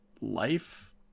life